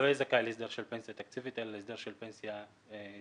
לא יהיה זכאי להסדר של פנסיה תקציבית אלא להסדר של פנסיה צוברת,